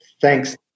Thanks